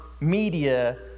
media